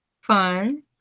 Fun